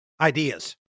Ideas